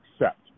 accept